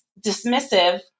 dismissive